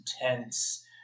intense